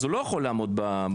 אז הוא לא יכול לעמוד בתור,